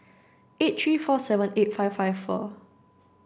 eight three four seven eight five five four